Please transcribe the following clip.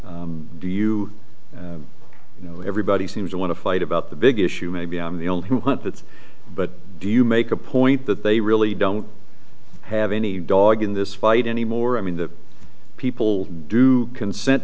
do you know everybody seems to want to fight about the big issue maybe i'm the only one fits but do you make a point that they really don't have any dog in this fight anymore i mean the people do consent